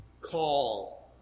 Call